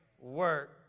work